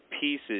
pieces